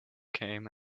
came